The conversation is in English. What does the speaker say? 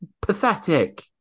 Pathetic